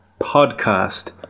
podcast